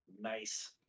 nice